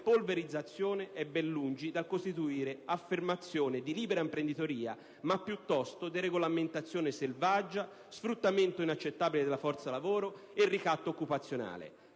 polverizzazione è ben lungi dal costituire affermazione di libera imprenditoria ma piuttosto di deregolamentazione selvaggia, sfruttamento inaccettabile della forza lavoro e ricatto occupazionale.